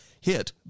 hit